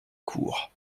cour